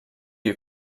you